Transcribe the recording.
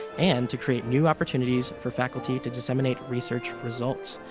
and to create new opportunities for faculty to disseminate research results,